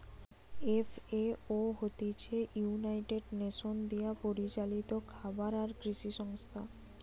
FAO হতিছে United Nations দিয়া পরিচালিত খাবার আর কৃষি সংস্থা